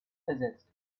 ersetzt